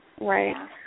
Right